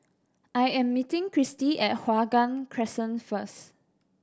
I am meeting Christi at Hua Guan Crescent first